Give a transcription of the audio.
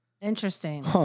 Interesting